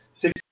six